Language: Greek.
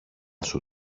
σου